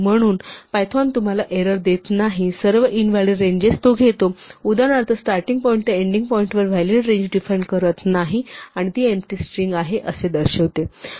म्हणून पायथॉन तुम्हाला एरर देत नाही सर्व इनव्हॅलिड रेंजेस तो घेतो उदाहरणार्थ स्टार्टींग पॉईंट ते एंडिंग पॉईंट वर व्हॅलिड रेंज डिफाइन करत नाही आणि ती एम्प्टी स्ट्रिंग आहे असे दर्शवते